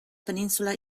península